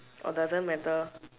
or doesn't matter